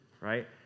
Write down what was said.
Right